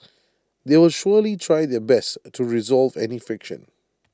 they will surely try their best to resolve any friction